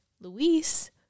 Luis